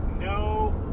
No